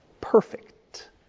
perfect